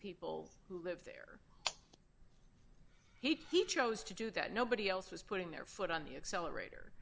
people who live there he chose to do that nobody else was putting their foot on the accelerator